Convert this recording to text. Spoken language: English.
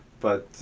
but